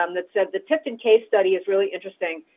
um that said the tipton case study is really interesting.